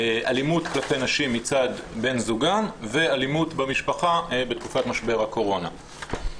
אלימות כלפי נשים מצד בן זוגן ואלימות במשפחה בתקופת משבר הקורונה.